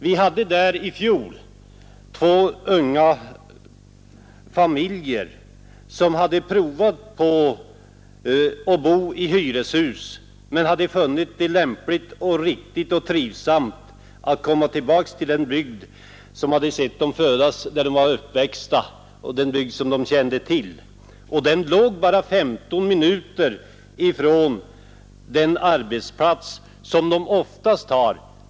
Vi hade där i fjol två unga familjer som hade provat på att bo i hyreshus men funnit det lämpligt och trivsamt att flytta tillbaka till den bygd som sett dem födas, där de var uppväxta och som de kände till. Den byn låg bara 15 minuter från den arbetsplats som de oftast har.